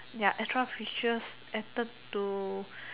ya extra features added to